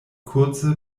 kurze